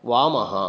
वामः